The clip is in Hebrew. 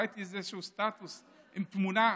ראיתי איזשהו סטטוס עם תמונה.